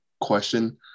question